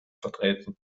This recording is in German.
vertreten